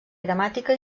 gramàtica